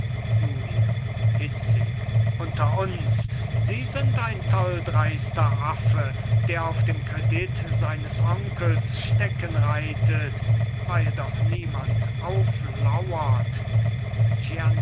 julia hitzig unter uns sie sind ein tolldreister affe der auf dem kredit seines onkels steckenreitet weil doch niemand auflauert